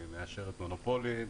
היא מאשרת מונופולים,